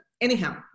Anyhow